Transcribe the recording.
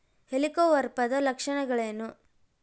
ಹೆಲಿಕೋವರ್ಪದ ಲಕ್ಷಣಗಳೇನು?